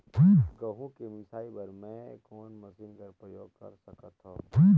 गहूं के मिसाई बर मै कोन मशीन कर प्रयोग कर सकधव?